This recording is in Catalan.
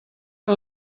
que